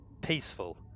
peaceful